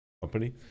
company